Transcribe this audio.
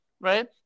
right